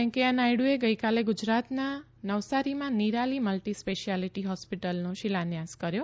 વૈંકયા નાયડુએ ગઇકાલે ગુજરાતના નવસારીમાં નિરાલી મલ્ટિ સ્પેશિયાલ્ટી હોસ્પિટલનો શિલાન્યાસ કર્યો